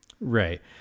Right